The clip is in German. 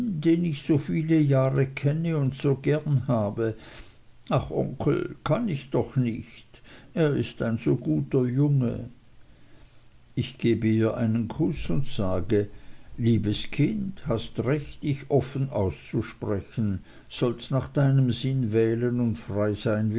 den ich so viele jahre kenne und so gern habe ach onkel kann ich doch nicht er ist so ein guter junge ich gebe ihr einen kuß und sage liebes kind hast recht dich offen auszusprechen sollst nach deinem sinn wählen und frei sein